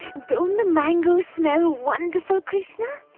don't the mangoes smell wonderful, krishna?